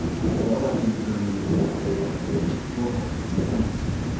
as well as in germany and austria for home consumption.